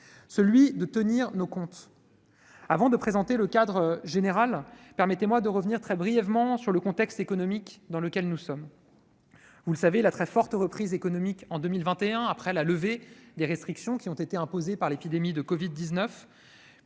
celui de tenir nos comptes. Avant de présenter le cadre général, permettez-moi de revenir sur le contexte économique dans lequel nous sommes. Vous le savez, la très forte reprise économique en 2021 après la levée des restrictions imposées par l'épidémie de covid-19